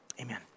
Amen